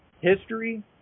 history